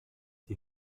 die